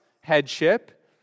headship